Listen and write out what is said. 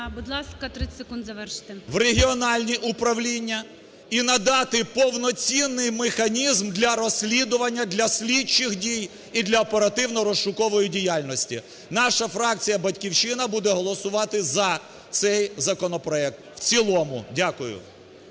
в регіональні управління і надати повноцінний механізм для розслідування, для слідчих дій і для оперативно-розшукової діяльності. Наша фракція "Батьківщина" буде голосувати за цей законопроект в цілому. Дякую.